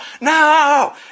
no